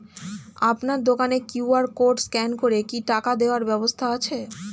আপনার দোকানে QR code scan করে কি টাকা দেওয়ার ব্যবস্থা আছে?